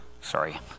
sorry